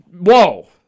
whoa